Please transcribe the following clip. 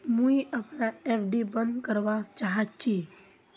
मुई अपना एफ.डी बंद करवा चहची